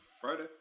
Friday